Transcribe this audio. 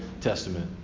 Testament